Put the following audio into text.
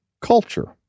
culture